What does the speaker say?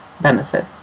benefit